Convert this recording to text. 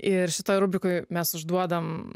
ir šitoj rubrikoj mes užduodam